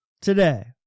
today